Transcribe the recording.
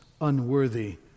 unworthy